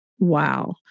Wow